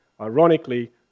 ironically